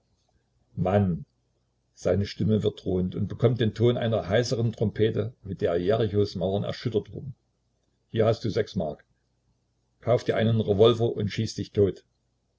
mann seine stimme wird drohend und bekommt den ton einer heiseren trompete mit der jerichos mauern erschüttert wurden hier hast du sechs mark kauf dir einen revolver und schieß dich tot